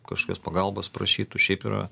kažkokios pagalbos prašytų šiaip yra